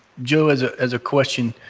joe has ah has a question.